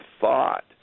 thought